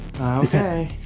Okay